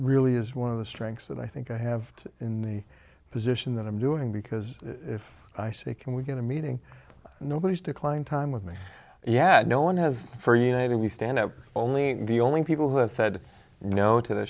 really is one of the strengths that i think i have in the position that i'm doing because if i say can we get a meeting nobody's decline time with me yet no one has for united we stand up only the only people who have said no to the